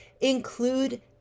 Include